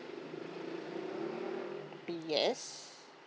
B yes